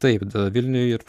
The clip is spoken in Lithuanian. taip vilniuj ir